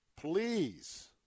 please